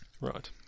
Right